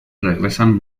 regresan